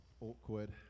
Awkward